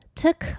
took